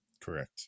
Correct